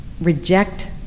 reject